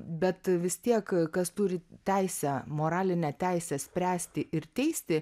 bet vis tiek kas turi teisę moralinę teisę spręsti ir teisti